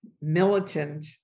militant